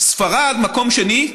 ספרד במקום שני,